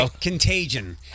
Contagion